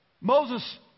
Moses